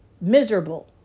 Miserable